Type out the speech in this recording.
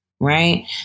Right